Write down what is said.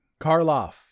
Karloff